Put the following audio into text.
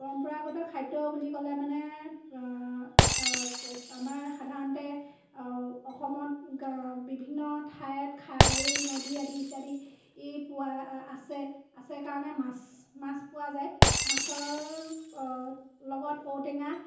পৰম্পৰাগত খাদ্য বুলি ক'লে মানে আমাৰ সাধাৰণতে অসমত বিভিন্ন ঠাইত খাল নদী আদি ইত্যাদি পোৱা আছে আছে কাৰণে মাছ মাছ পোৱা যায় মাছৰ লগত ঔ টেঙা